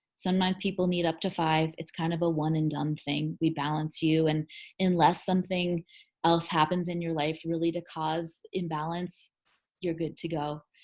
sometime people need up to five it's kind of a one and done thing. we balance you and unless something else happens in your life really to cause imbalance you're good to go.